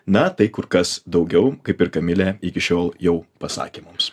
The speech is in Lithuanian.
na tai kur kas daugiau kaip ir kamilė iki šiol jau pasakė mums